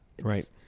Right